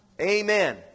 Amen